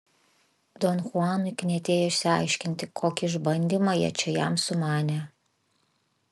don chuanui knietėjo išsiaiškinti kokį išbandymą jie čia jam sumanė